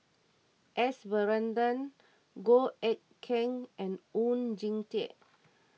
S Varathan Goh Eck Kheng and Oon Jin Teik